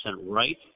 right